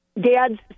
dad's